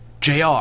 JR